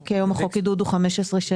כי היום חוק עידוד הוא 15 שנים,